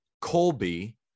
Colby